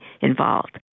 involved